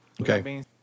Okay